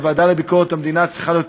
הוועדה לביקורת המדינה צריכה להיות